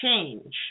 change